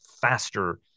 faster